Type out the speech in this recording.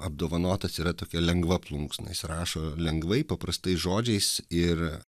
apdovanotas yra tokia lengva plunksna jis rašo lengvai paprastais žodžiais ir